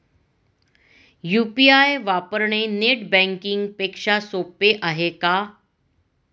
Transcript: UPI वापरणे net banking पेक्षा सोपे आहे का?